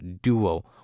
duo